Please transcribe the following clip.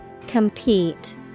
Compete